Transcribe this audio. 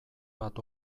bat